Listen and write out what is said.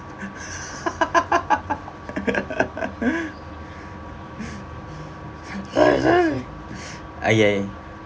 ah !yay!